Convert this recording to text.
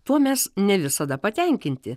tuo mes ne visada patenkinti